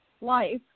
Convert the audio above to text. life